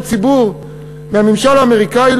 אישי ציבור מהממשל האמריקני,